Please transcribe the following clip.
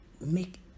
make